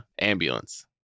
ambulance